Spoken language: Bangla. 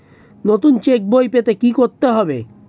নতুন চেক বই পেতে কী করতে হবে?